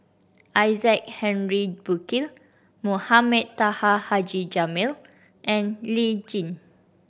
Isaac Henry Burkill Mohamed Taha Haji Jamil and Lee Tjin